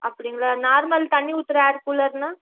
அப்படிங்களா நார்மல் தண்ணி ஊற்றுற ஏர் கூலர்ன்னா